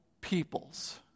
peoples